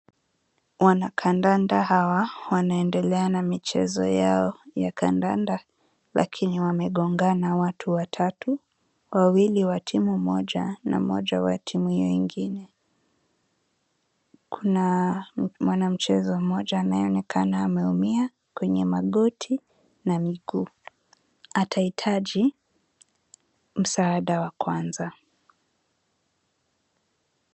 Wanakandanda hawa wanaendelea na michezo yao ya kandanda lakini wamegongana watu watatu, wawili wa timu moja na mmoja wa timu hiyo ingine. Kuna mwana mchezo mmoja anayeonekana ameumia kwenye magoti na miguu. Atahitaji msaada wa kwanza.